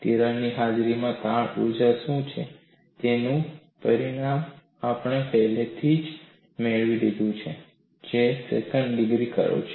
તિરાડની હાજરીમાં તાણ ઊર્જા શું છે તેનું પરિણામ આપણે પહેલેથી જ મેળવી લીધું છે જે સેકન્ડ ડિગ્રી કર્વ છે